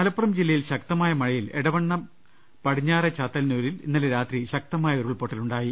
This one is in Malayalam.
മലപ്പുറം ജില്ലയിൽ ശക്തമായ മഴയിൽ എട്ടവ്ണ്ണ പടിഞ്ഞാറെ ചാത്തല്ലൂരിൽ ഇന്നലെ രാത്രി ശക്തമായ ഉരുൾപ്പൊട്ടലുണ്ടായി